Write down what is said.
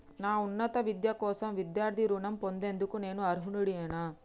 నా ఉన్నత విద్య కోసం విద్యార్థి రుణం పొందేందుకు నేను అర్హుడినేనా?